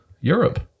Europe